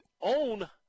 own